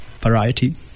variety